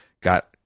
got